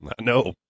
No